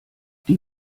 die